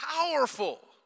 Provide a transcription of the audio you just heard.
powerful